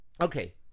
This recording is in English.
Okay